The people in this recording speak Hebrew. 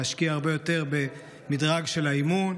להשקיע הרבה יותר במדרג של האימון,